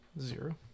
Zero